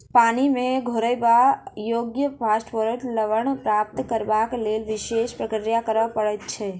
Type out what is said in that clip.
पानि मे घोरयबा योग्य फास्फेट लवण प्राप्त करबाक लेल विशेष प्रक्रिया करय पड़ैत छै